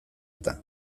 eta